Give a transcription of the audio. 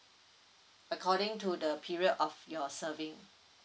according to the period of your serving